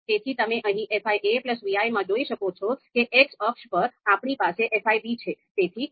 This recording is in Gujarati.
તેથી તમે અહીં fi vi માં જોઈ શકો છો અને X અક્ષ પર આપણી પાસે fi છે